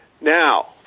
Now